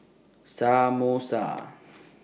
Samosa